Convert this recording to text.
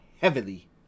heavily